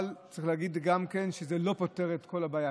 אבל צריך להגיד גם שזה לא פותר את כל הבעיה,